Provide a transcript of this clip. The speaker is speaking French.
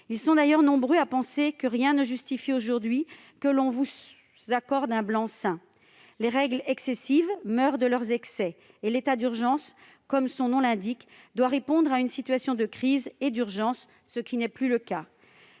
Nous sommes nombreux à penser que rien ne justifie aujourd'hui que l'on vous accorde ce blanc-seing. Les règles excessives meurent de leurs excès, et l'état d'urgence, comme son nom l'indique, doit répondre à une situation de crise et d'urgence, qui n'est plus